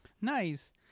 Nice